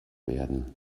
werden